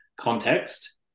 context